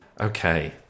Okay